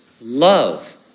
love